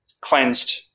cleansed